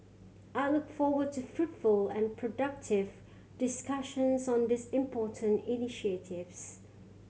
I look forward to fruitful and productive discussions on these important initiatives